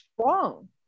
strong